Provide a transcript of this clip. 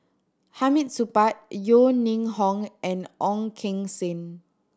Hamid Supaat Yeo Ning Hong and Ong Keng Sen